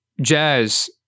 jazz